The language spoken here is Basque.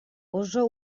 oso